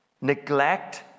Neglect